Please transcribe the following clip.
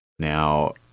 Now